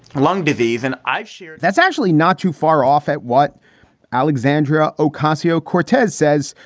lung disease and i'm sure that's actually not too far off at what alexandra ocasio cortez says.